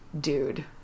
dude